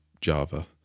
Java